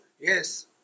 Yes